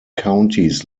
counties